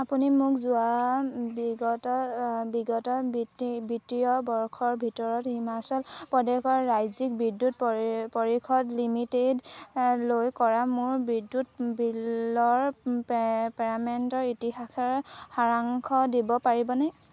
আপুনি মোক যোৱা বিগত বিগত বিত্তীয় বৰ্ষৰ ভিতৰত হিমাচল প্ৰদেশ ৰাজ্যিক বিদ্যুৎ পৰিষদ লিমিটেডলৈ কৰা মোৰ বিদ্যুৎ বিলৰ পে'মেণ্টৰ ইতিহাসৰ সাৰাংশ দিব পাৰিবনে